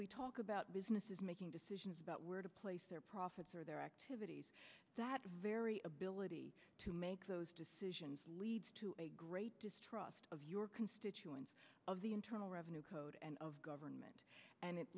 we talk about businesses making decisions about where to place their profits or their activities that very ability to make those decisions leads to a great distrust of your constituents of the internal revenue code and of government and it